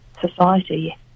society